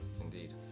Indeed